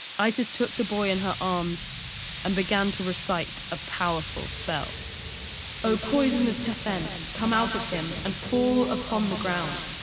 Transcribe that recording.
isis took the boy in her arms and began to recite a powerful spell o poison of tefen, and come out of him and fall upon the ground!